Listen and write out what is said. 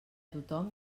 tothom